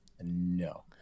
No